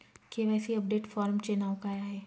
KYC update फॉर्मचे नाव काय आहे?